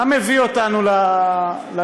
מה מביא אותנו לנושא.